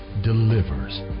delivers